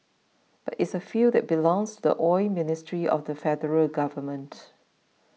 but it's a field that belongs to the Oil Ministry of the Federal Government